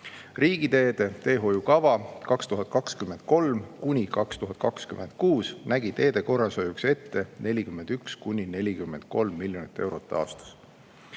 Riigiteede teehoiukava 2023–2026 nägi teede korrashoiuks ette 41–43 miljonit eurot aastas.